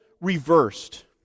reversed